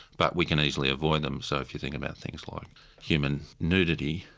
but we can easily avoid them. so if you think about things like human nudity,